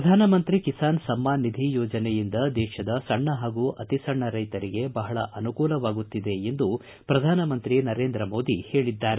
ಪ್ರಧಾನಮಂತ್ರಿ ಕಿಸಾನ್ ಸಮ್ನಾನ್ ನಿಧಿ ಯೋಜನೆಯಿಂದ ದೇಶದ ಸಣ್ಣ ಹಾಗೂ ಅತಿ ಸಣ್ಣ ರೈತರಿಗೆ ಬಹಳ ದೊಡ್ಡಮಟ್ನದ ಪ್ರಯೋಜನವಾಗುತ್ತಿದೆ ಎಂದು ಪ್ರಧಾನಮಂತ್ರಿ ನರೇಂದ್ರ ಮೋದಿ ಹೇಳಿದ್ದಾರೆ